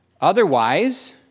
Otherwise